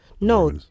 No